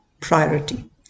priority